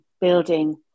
building